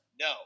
No